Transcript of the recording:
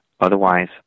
Otherwise